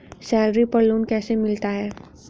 Salary पर loan कैसे मिलता है?